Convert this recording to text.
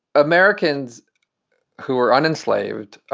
americans who were unenslaved,